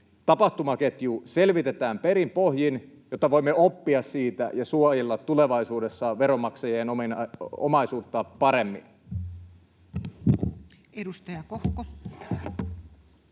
tapahtumaketju selvitetään perin pohjin, jotta voimme oppia siitä ja suojella tulevaisuudessa veronmaksajien omaisuutta paremmin. [Speech